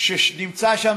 שנמצא שם,